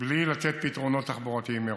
בלי לתת פתרונות תחבורתיים מראש.